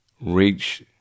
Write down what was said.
reach